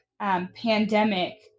pandemic